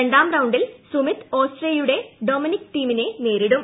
രണ്ടാം റൌണ്ടിൽ സുമിത് ഓസ്ട്രിയയുടെ ഡൊമനിക് തീമിനെ നേരിടും